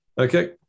Okay